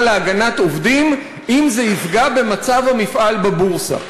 להגנת עובדים אם זה יפגע במצב המפעל בבורסה.